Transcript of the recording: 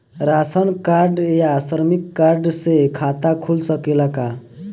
Ration card या श्रमिक card से खाता खुल सकेला का?